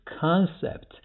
concept